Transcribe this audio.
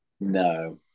No